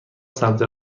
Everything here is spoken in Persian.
سمت